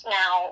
now